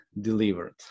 delivered